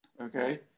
okay